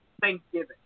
Thanksgiving